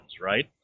right